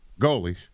goalies